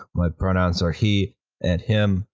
my pronouns are he and him,